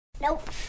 Nope